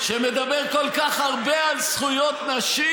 שמדבר כל כך הרבה על זכויות נשים,